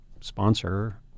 sponsor